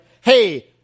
hey